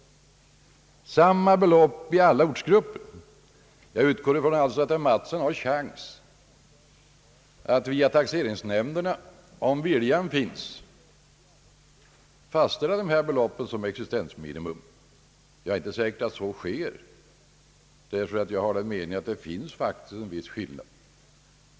Dessa belopp gäller alla ortsgrupperna. Jag utgår alltså ifrån att herr Mattsson har möjlighet att via taxeringsnämnderna — om han nu har viljan — fastställa de här beloppen som existensminimum. Jag är nu inte säker på att så kan ske eftersom jag har den meningen att det faktiskt föreligger en viss skillnad mellan ortsgrupperna.